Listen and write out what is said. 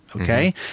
okay